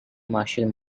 martial